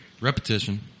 repetition